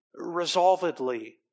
resolvedly